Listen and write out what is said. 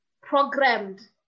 programmed